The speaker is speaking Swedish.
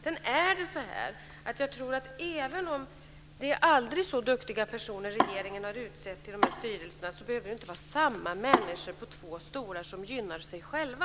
Även om de personer som regeringen utsett till de här styrelserna är aldrig så duktiga behöver det inte vara samma människor på två stolar som gynnar sig själva.